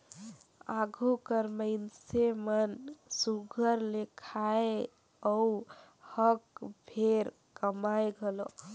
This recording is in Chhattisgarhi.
आघु कर मइनसे मन सुग्घर ले खाएं अउ हक भेर कमाएं घलो